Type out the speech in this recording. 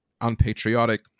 unpatriotic